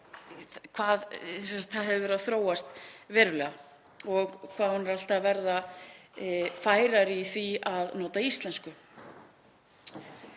hvað það hefur verið að þróast verulega og hvað gervigreindin er alltaf að verða færari í því að nota íslensku.